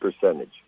Percentage